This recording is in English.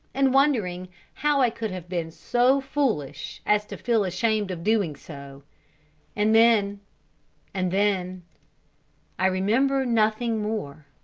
and wondering how i could have been so foolish as to feel ashamed of doing so and then and then i remember nothing more.